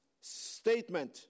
statement